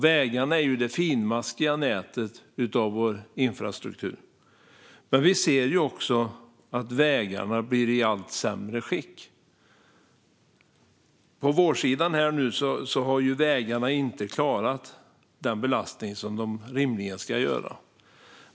Vägarna är ju det finmaskiga nätet i vår infrastruktur. Men vi ser också att vägarna blir i allt sämre skick. Nu på vårsidan har vägarna inte klarat den belastning som de rimligen ska göra.